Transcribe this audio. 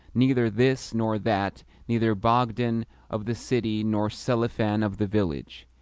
neither this nor that neither bogdan of the city nor selifan of the village.